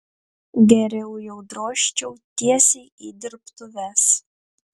geriau jau drožčiau tiesiai į dirbtuves